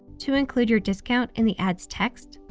to include your discount in the ad's text,